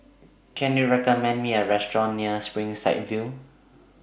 Can YOU recommend Me A Restaurant near Springside View